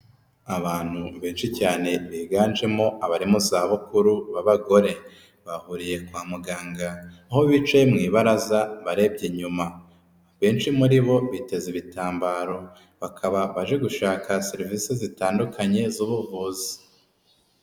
Abantu benshi cyane biganjemo abari mu zabukuru b'abagore, bahuriye kwa muganga aho bicaye mu ibaraza barebye inyuma. Benshi muri bo biteze ibitambaro, bakaba baje gushaka serivisi zitandukanye z'ubuvuzi.